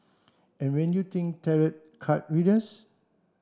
and when you think tarot card readers